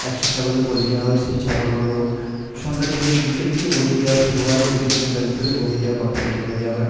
একশো ছাগলের বলি দেওয়া হয় সেই ছাগলগুলো সন্ধ্যা থেকে বিকেল থেকে বলি দেওয়া শুরু হয় বিকেল সন্ধ্যার ভিতরে বলি দেওয়া কমপ্লিট করে দেওয়া হয়